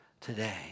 today